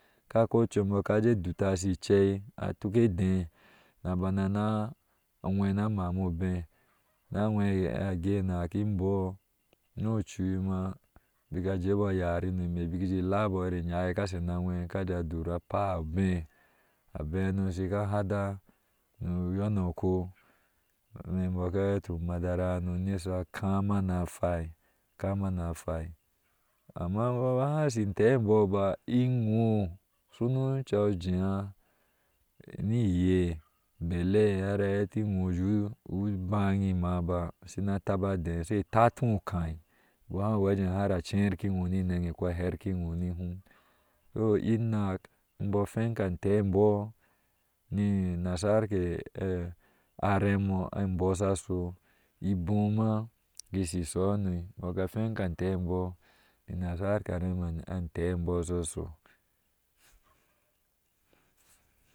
Ka kwa chubo-o- ka jejeh dola shi che atoke edɔɔ na bana na anwen na mami obe na nwen gainak nocho ma baki jebou yarani meh beki jeh lebɔɔ ka jeh ju dor enake yɔɔ shi markɔɔ amama obeh saukpop anwen inak abehe no. shika hada no. madarano ni sa kama na hweŋ. amma iyɔɔ ba hai shi tehbɔɔ ba iyɔɔ ba iyɔɔ suno su jeh niye bele na hati yɔɔ jeh bane ba shina taba ba deh ba sai titiyɔɔ ukai baha wejeh sai tatiyɔɔ nihom so onak ibou hwedke atehbɔɔ ninasake aram bɔɔ sa sau ibou ma ishe sauho nu bouga hwenki atehbɔɔ na sara rami teh sa sou.